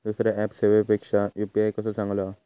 दुसरो ऍप सेवेपेक्षा यू.पी.आय कसो चांगलो हा?